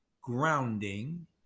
grounding